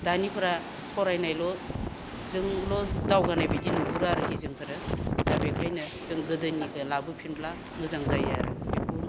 दानिफोरा फरायनाय जोंल' दावगानायबायदि नुहुरो आरोखि जोंफोरो दा बेखायनो जों गोदोनिखो लाबोफिनब्ला मोजां जायो आरो बेखौ